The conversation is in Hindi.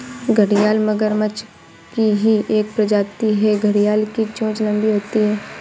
घड़ियाल मगरमच्छ की ही एक प्रजाति है घड़ियाल की चोंच लंबी होती है